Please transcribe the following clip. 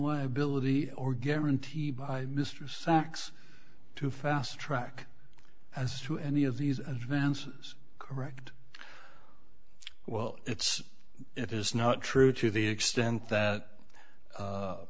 liability or guarantee by mr sachs to fast track as to any of these advances correct well it's it is not true to the extent that